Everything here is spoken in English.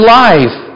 life